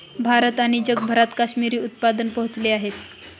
भारत आणि जगभरात काश्मिरी उत्पादन पोहोचले आहेत